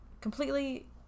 completely